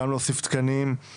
גם להוסיף תקנים,